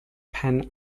pan